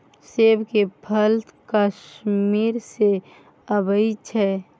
सेब के फल कश्मीर सँ अबई छै